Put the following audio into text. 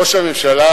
ראש הממשלה